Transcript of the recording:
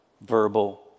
verbal